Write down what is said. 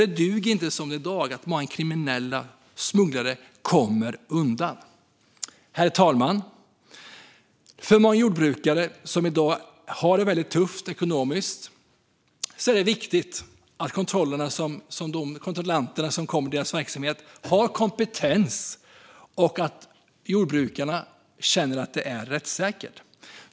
Det duger inte att många kriminella smugglare kommer undan, som de gör i dag. Herr talman! För många jordbrukare som i dag har det väldigt tufft ekonomiskt är det viktigt att kontrollanterna som kommer till deras verksamhet har kompetens och att jordbrukarna känner att det är rättssäkert.